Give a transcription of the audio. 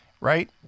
Right